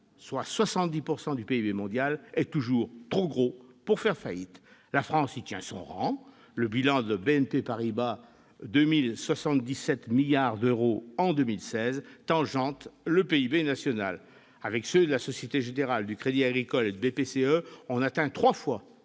soit 70 % du PIB mondial -est toujours « trop gros pour faire faillite ». La France y tient son rang : le bilan de BNP Paribas- 2 077 milliards d'euros en 2016 -tangente le PIB national. Avec ceux de la Société générale, du Crédit agricole et de BPCE, on atteint trois fois